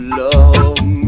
love